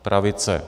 Pravice.